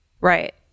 Right